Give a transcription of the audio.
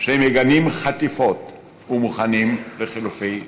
שהם מגנים חטיפות ומוכנים לחילופי שטחים,